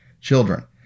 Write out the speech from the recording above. children